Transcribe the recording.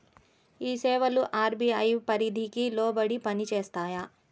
ఈ సేవలు అర్.బీ.ఐ పరిధికి లోబడి పని చేస్తాయా?